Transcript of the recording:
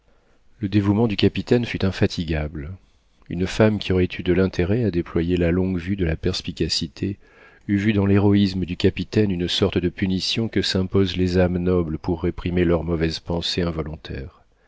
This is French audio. le dévouement du capitaine fut infatigable une femme qui aurait eu de l'intérêt à déployer la longue-vue de la perspicacité eût vu dans l'héroïsme du capitaine une sorte de punition que s'imposent les âmes nobles pour réprimer leurs mauvaises pensées involontaires